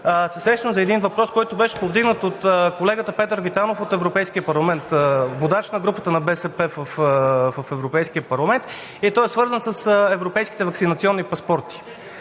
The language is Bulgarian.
сещам за един въпрос, който беше повдигнат от колегата Петър Витанов от Европейския парламент – водач на групата на БСП в Европейския парламент, и той е свързан с европейските ваксинационни паспорти